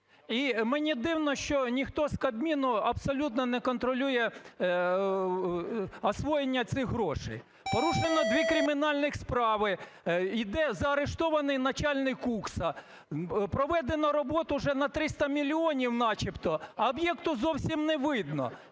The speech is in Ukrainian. мені дивно, що ніхто з Кабміну абсолютно не контролює освоєння цих грошей. Порушено дві кримінальні справи, і де заарештований начальник Кукса. Проведено роботу вже на 300 мільйонів начебто, а об'єкту зовсім не видно.